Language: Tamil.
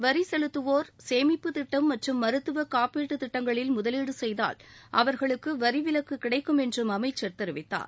வரிசெலுத்துவோர் சேமிப்புத் திட்டம் மற்றும் மருத்துவ காப்பீடு திட்டங்களில் முதலீடு செய்தால் அவர்களுக்கு வரிவிலக்கு கிடைக்கும் என்றும் அமைச்சர் தெரிவித்தார்